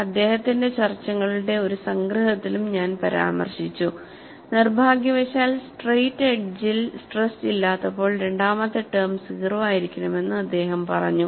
അദ്ദേഹത്തിന്റെ ചർച്ചകളുടെ ഒരു സംഗ്രഹത്തിലും ഞാൻ പരാമർശിച്ചു നിർഭാഗ്യവശാൽ സ്ട്രൈറ്റ് എഡ്ജിൽ സ്ട്രെസ് ഇല്ലാത്തപ്പോൾ രണ്ടാമത്തെ ടേം 0 ആയിരിക്കണമെന്ന് അദ്ദേഹം പറഞ്ഞു